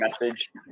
message